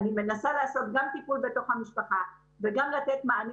אני מנסה לעשות גם טיפול בתוך המשפחה וגם לתת מענים